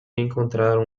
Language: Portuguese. encontraram